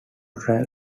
trial